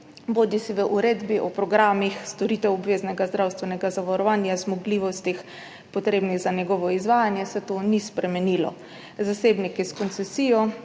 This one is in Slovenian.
bodisi v Uredbi o programih storitev obveznega zdravstvenega zavarovanja, zmogljivostih, potrebnih za njegovo izvajanje, se to ni spremenilo. Zasebniki s koncesijo